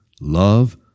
love